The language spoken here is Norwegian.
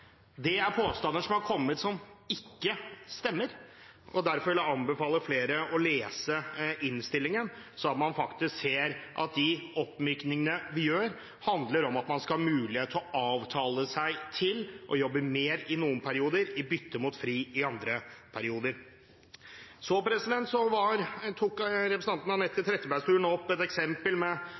Dette er påstander som ikke stemmer. Derfor vil jeg anbefale flere å lese innstillingen, slik at man faktisk ser at oppmykningene vi gjør, handler om at man skal ha mulighet til å avtale seg til å jobbe mer i noen perioder i bytte mot fri i andre perioder. Representanten Anette Trettebergstuen nevnte et eksempel